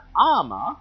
armor